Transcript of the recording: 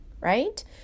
right